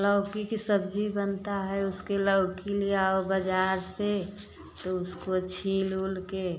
लौकी के सब्जी बनता है उसके लौकी ले आओ बाजार से तो उसको छील ओल के